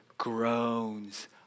groans